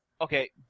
okay